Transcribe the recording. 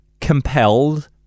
compelled